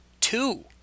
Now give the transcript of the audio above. two